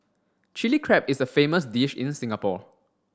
Chilli Crab is a famous dish in Singapore